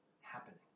happening